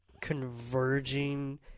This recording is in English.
converging